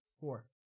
Four